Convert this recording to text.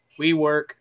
WeWork